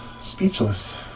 speechless